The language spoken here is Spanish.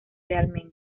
realmente